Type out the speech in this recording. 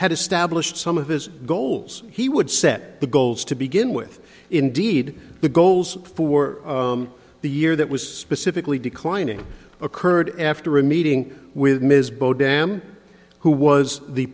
had established some of his goals he would set the goals to begin with indeed the goals for the year that was specifically declining occurred after a meeting with ms beau damn who was the